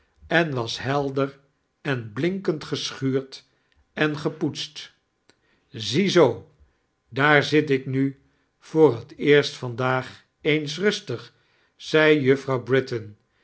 en was heldiesr en blinkend ge j schuurd of gepoetst ziez oo daar zit ik rax voor t eerst vandaag eens rustig zed juffrouw britain